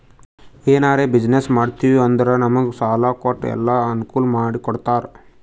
ಎನಾರೇ ಬಿಸಿನ್ನೆಸ್ ಮಾಡ್ತಿವಿ ಅಂದುರ್ ನಮುಗ್ ಸಾಲಾ ಕೊಟ್ಟು ಎಲ್ಲಾ ಅನ್ಕೂಲ್ ಮಾಡಿ ಕೊಡ್ತಾರ್